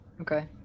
okay